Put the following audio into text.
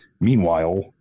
Meanwhile